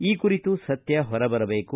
ಈ ಕುರಿತು ಸತ್ತ ಹೊರಬರಬೇಕು